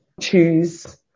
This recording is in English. choose